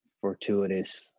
fortuitous